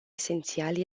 esențial